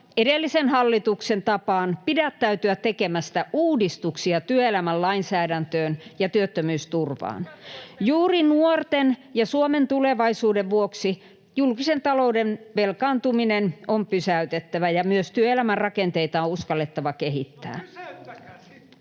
edellisen hallituksen tapaan, pidättäytyä tekemästä uudistuksia työelämän lainsäädäntöön ja työttömyysturvaan. Juuri nuorten ja Suomen tulevaisuuden vuoksi julkisen talouden velkaantuminen on pysäytettävä, ja myös työelämän ja talouden rakenteita on uskallettava kehittää.